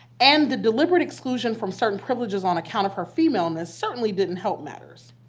and the deliberate exclusion from certain privileges on account of her femaleness, certainly didn't help matters.